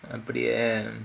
அப்படியா:appadiyaa